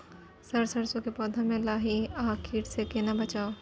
Sir सरसो के पौधा में लाही आ कीट स केना बचाऊ?